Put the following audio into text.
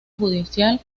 judicial